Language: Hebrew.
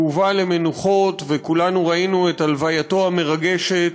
שהובא למנוחות, וכולנו ראינו את הלווייתו המרגשת,